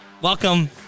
Welcome